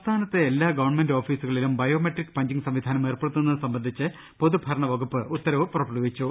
സംസ്ഥാനത്തെ എല്ലാ ഗവൺമെന്റ് ഓഫീസുകളിലും ബയോ മെട്രിക് പഞ്ചിങ്ങ് സംവിധാനം ഏർപ്പെടുത്തുന്നത് സംബന്ധിച്ച് പൊതു ഭരണ വകുപ്പ് ഉത്തരവ് പുറപ്പെടുവിച്ചു